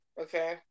Okay